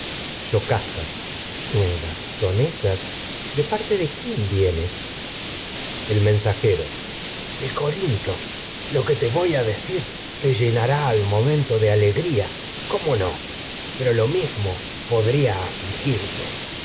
yocasta vienes el qué nuevas son ésas de parte de quién mensajero al de corinto de lo que te voy a decir te llenará momento alegría cómo no pero lo mismo podría afligirte